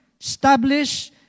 establish